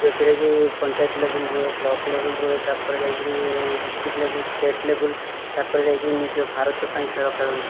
ଯେଉଁଥିରେ କି ପଞ୍ଚାୟତ ଲେବୁଲ୍ ରୁହେ ବ୍ଲକ୍ ଲେବୁଲ୍ ରୁହେ ତା'ପରେ ଯାଇକି ଡିଷ୍ଟ୍ରିକ୍ଟ୍ ଲେବୁଲ୍ ଷ୍ଟେଟ୍ ଲେବୁଲ୍ ତା'ପରେ ଯାଇକି ନିଜ ଭାରତ ପାଇଁ ଖେଳ ଖେଳନ୍ତି